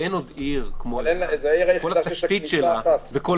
אבל אין עוד עיר כמו אילת שכל התשתית שלה וכל